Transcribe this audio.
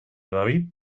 david